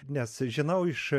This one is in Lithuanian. nes žinau iš